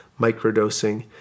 microdosing